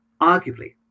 arguably